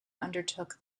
undertook